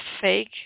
fake